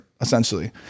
essentially